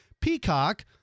Peacock